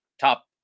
top